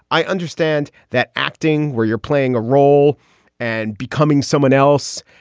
i understand that acting where you're playing a role and becoming someone else.